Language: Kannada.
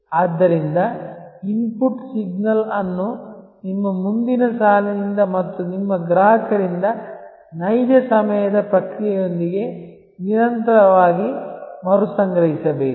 ಆದ್ದರಿಂದ ಇನ್ಪುಟ್ ಸಿಗ್ನಲ್ ಅನ್ನು ನಿಮ್ಮ ಮುಂದಿನ ಸಾಲಿನಿಂದ ಮತ್ತು ನಿಮ್ಮ ಗ್ರಾಹಕರಿಂದ ನೈಜ ಸಮಯದ ಪ್ರತಿಕ್ರಿಯೆಯೊಂದಿಗೆ ನಿರಂತರವಾಗಿ ಮರುಸಂಗ್ರಹಿಸಬೇಕು